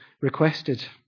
requested